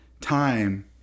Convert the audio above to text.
time